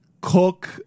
Cook